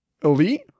Elite